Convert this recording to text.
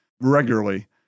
regularly